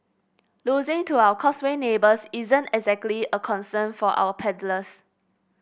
losing to our Causeway neighbours isn't exactly a concern for our paddlers